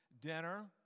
dinner